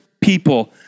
people